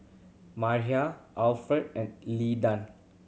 Mariah Alferd and Leland